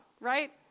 right